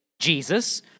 Jesus